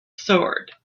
sword